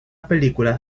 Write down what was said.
película